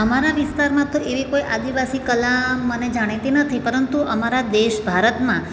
અમારા વિસ્તારમાં તો એવી કોઈ આદિવાસી કળા મને જાણીતી નથી પરંતુ અમારા દેશ ભારતમાં